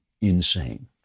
insane